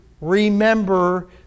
remember